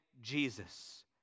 Jesus